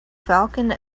falcon